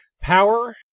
power